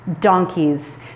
donkeys